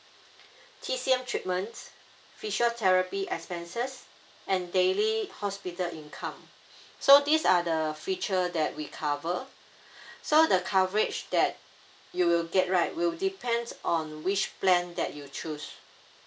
T_C_M treatments physiotherapy expenses and daily hospital income so these are the feature that we cover so the coverage that you will get right will depends on which plan that you choose